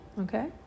okay